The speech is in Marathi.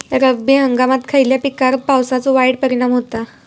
रब्बी हंगामात खयल्या पिकार पावसाचो वाईट परिणाम होता?